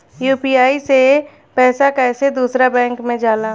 UPI से पैसा कैसे दूसरा बैंक मे जाला?